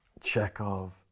Chekhov